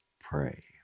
pray